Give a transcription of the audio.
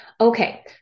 Okay